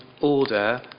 order